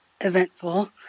eventful